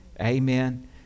amen